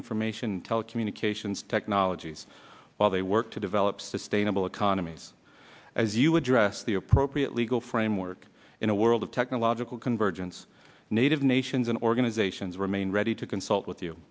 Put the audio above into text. information telecommunications technologies while they work to elop sustainable economies as you address the appropriate legal framework in a world of technological convergence native nations and organizations remain ready to consult with you